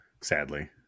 sadly